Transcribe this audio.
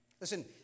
Listen